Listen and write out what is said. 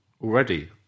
already